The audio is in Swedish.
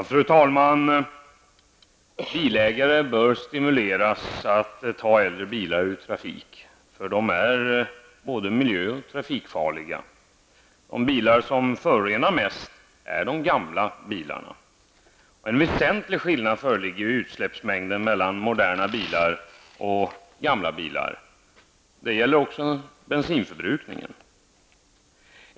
Fru talman! Bilägare bör stimuleras att ta äldre bilar ur trafik. De är både miljö och trafikfarliga. De bilar som förorenar mest är de gamla bilarna. En väsentlig skillnad föreligger i utsläppsmängden mellan moderna bilar och äldre bilar. Det gäller också bensinförbrukning.